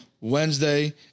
Wednesday